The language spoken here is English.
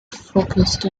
focussed